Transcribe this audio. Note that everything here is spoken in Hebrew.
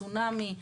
צונאמי,